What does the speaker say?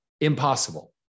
Impossible